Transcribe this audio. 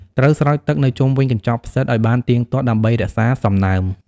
ត្រូវស្រោចទឹកនៅជុំវិញកញ្ចប់ផ្សិតឲ្យបានទៀងទាត់ ដើម្បីរក្សាសំណើម។